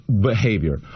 behavior